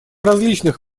различных